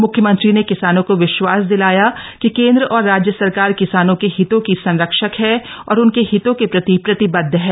मुख्यमंत्री ने किसानों को विश्वास दिलाया कि केन्द्र और राज्य सरकार किसानों के हितों की संरक्षक है और उनके हितों के प्रति प्रतिबद्ध है